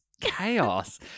chaos